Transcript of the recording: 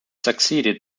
succeeded